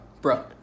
bro